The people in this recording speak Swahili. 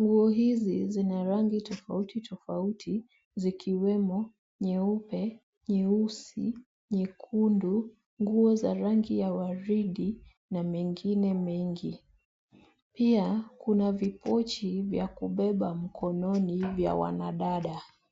Nguo hizi zina rangi tofauti tofauti zikiwemo nyeupe ,nyeusi, nyekundu, nguo za rangi ya waridi na mengine mengi. Pia kuna vipochi vya kubeba mkononi vya wanadada.